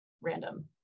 random